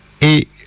et